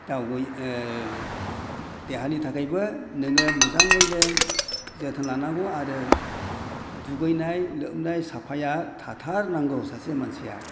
गाव देहानि थाखायबो नोङो मोजाङैनो जोथोन लानांगौ आरो दुगैनाय लोबनाय साफाया थाथारनांगौ सासे मानसिया